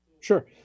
Sure